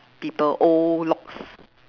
people old locks